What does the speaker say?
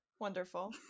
Wonderful